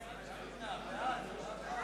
הצעת הסיכום שהביא חבר הכנסת מוחמד